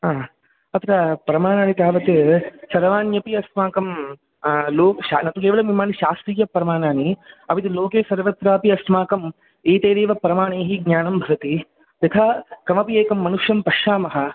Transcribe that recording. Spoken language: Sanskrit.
हा तत्र प्रमाणानि तावत् सर्वाण्यपि अस्माकं न तु केवलं शास्त्रीयप्रमाणानि अपि च लोके सर्वत्रापि अस्माकं एतैरेव प्रमाणैः ज्ञानं भवति यथा कमपि एकं मनुष्यं पश्यामः